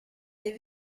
des